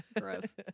Gross